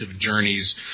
journeys